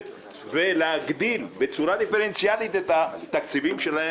ולהגדיל בצורה דיפרנציאלית את התקציבים שלהן,